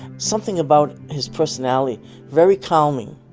something about his personality very calming.